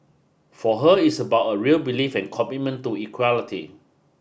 for her it's about a real belief and commitment to equality